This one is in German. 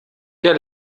der